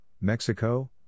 Mexico